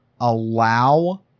allow